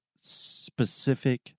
specific